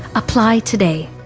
apply today!